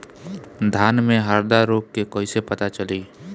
धान में हरदा रोग के कैसे पता चली?